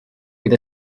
fydd